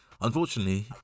unfortunately